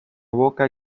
boca